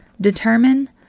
determine